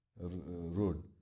road